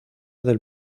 del